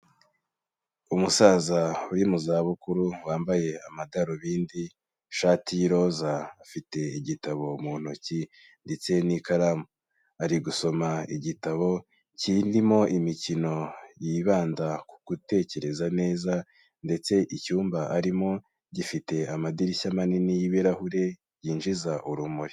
Umusaza uri mu zabukuru wambaye amadarubindi, ishati y'iroza, afite igitabo mu ntoki ndetse n'ikaramu. Ari gusoma igitabo cyirimo imikino yibanda ku gutekereza neza ndetse icyumba arimo gifite amadirishya manini y'ibirahure byinjiza urumuri.